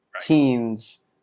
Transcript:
teams